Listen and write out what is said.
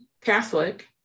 Catholic